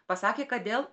pasakė kad dėl